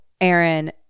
Aaron